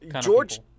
George